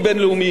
עם נגידים,